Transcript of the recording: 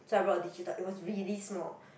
so I brought a digital it was really small